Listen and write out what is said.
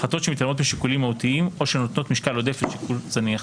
החלטות שמתעלמות משיקולים מהותיים או שנותנות משקל עודף לשיקול זניח.